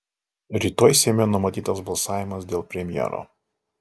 rytoj seime numatytas balsavimas dėl premjero